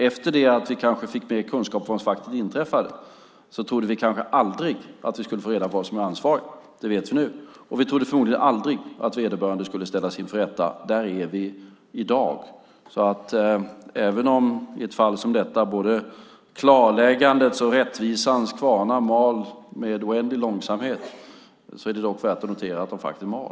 Efter det att vi fick mer kunskap om vad som faktiskt inträffade trodde vi kanske aldrig att vi skulle få reda på vem som var ansvarig. Det vet vi nu. Vi trodde förmodligen aldrig att vederbörande skulle ställas inför rätta. Där är vi i dag. Även om i ett fall som detta både klarläggandets och rättvisans kvarnar mal med oändlig långsamhet är det värt att notera att de faktiskt mal.